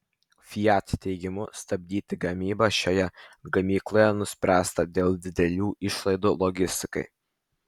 fiat teigimu stabdyti gamybą šioje gamykloje nuspręsta dėl didelių išlaidų logistikai